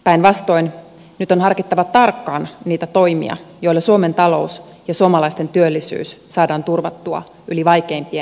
päinvastoin nyt on harkittava tarkkaan niitä toimia joilla suomen talous ja suomalaisten työllisyys saadaan turvattua yli vaikeimpien aikojen